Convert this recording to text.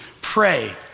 pray